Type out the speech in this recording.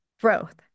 growth